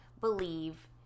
believe